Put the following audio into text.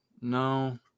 No